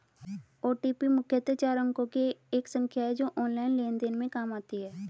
OTP मुख्यतः चार अंकों की एक संख्या है जो ऑनलाइन लेन देन में काम आती है